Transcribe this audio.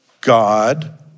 God